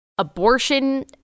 Abortion